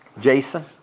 Jason